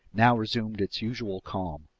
now resumed its usual calm.